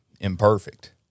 imperfect